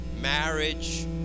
marriage